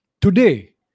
Today